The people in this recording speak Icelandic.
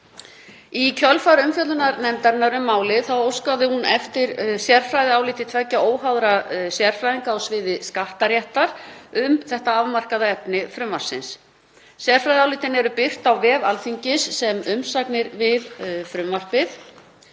Í kjölfar umfjöllunar nefndarinnar um málið óskaði hún eftir sérfræðiáliti tveggja óháðra sérfræðinga á sviði skattaréttar um þetta afmarkaða efni frumvarpsins. Sérfræðiálitin eru birt á vef Alþingis sem umsagnir við frumvarpið.